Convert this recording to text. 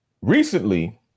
recently